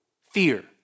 Fear